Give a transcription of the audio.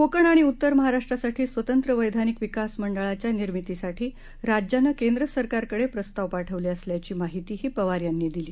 कोकण आणि उत्तर महाराष्ट्रासाठी स्वतंत्र वैधानिक विकास मंडळांच्या निर्मितीसाठी राज्यानं केंद्र सरकारकडे प्रस्ताव पाठवले असल्याची माहितीही पवार यांनी दिली